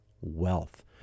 wealth